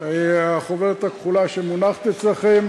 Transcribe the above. החוברת הכחולה שמונחת אצלכם.